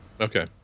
Okay